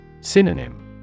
Synonym